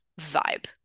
vibe